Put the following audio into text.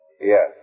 Yes